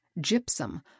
gypsum